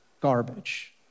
garbage